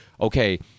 okay